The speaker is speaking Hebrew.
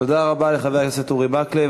תודה רבה לחבר הכנסת אורי מקלב.